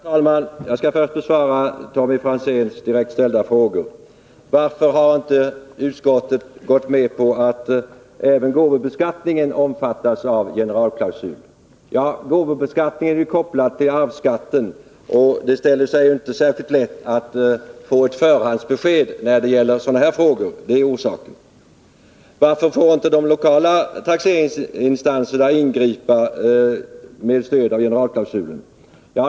Herr talman! Jag skall först besvara Tommy Franzéns direkt ställda frågor. Varför har inte utskottet gått med på att även gåvobeskattningen omfattas av generalklausulen? Gåvobeskattningen är kopplad till arvsskatten, och det ställer sig inte särskilt lätt att få ett förhandsbesked i sådana fall. Det är orsaken. Varför får inte de lokala taxeringsinstanserna ingripa med stöd av generalklausulen?